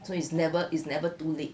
so it's never it's never too late